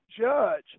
judge